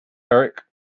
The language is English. berwick